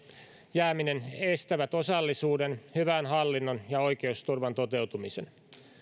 jääminen estävät osallisuuden hyvän hallinnon ja oikeusturvan toteutumisen